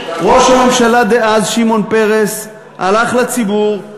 ראש הממשלה דאז שמעון פרס הלך לציבור,